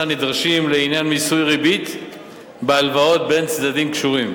הנדרשים לעניין מיסוי ריבית בהלוואות בין צדדים קשורים,